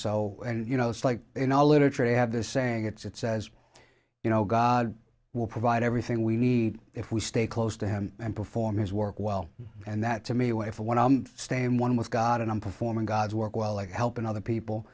so and you know it's like in our literature you have this saying it's it says you know god will provide everything we need if we stay close to him and perform his work well and that to me a way for when i stand one with god and i'm performing god's work well like helping other people